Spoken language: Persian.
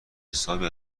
حسابی